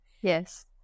yes